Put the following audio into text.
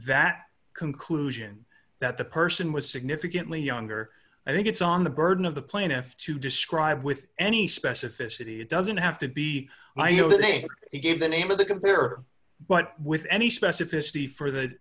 that conclusion that the person was significantly younger i think it's on the burden of the plaintiff to describe with any specificity it doesn't have to be i know they gave the name of the computer but with any specificity for the